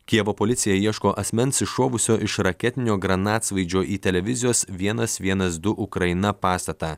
kijevo policija ieško asmens iššovusio iš raketinio granatsvaidžio į televizijos vienas vienas du ukraina pastatą